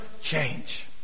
change